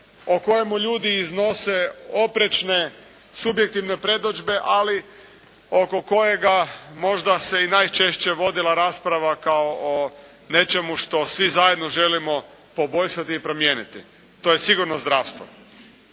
o kojemu ljudi iznose oprečne subjektivne predodžbe ali oko kojega možda se najčešće vodila rasprava kao o nečemu što svi zajedno želimo poboljšati i promijeniti, to je sigurno zdravstvo.